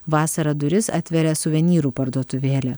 vasarą duris atveria suvenyrų parduotuvėlė